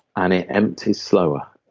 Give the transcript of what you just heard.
and it empties slower.